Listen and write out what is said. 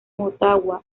motagua